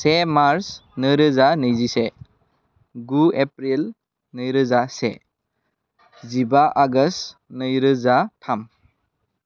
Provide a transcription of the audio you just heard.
से मार्च नैरोजा नैजिसे गु एप्रिल नैरोजा से जिबा आगष्ट नैरोजा थाम